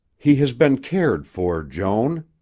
he has been cared for, joan,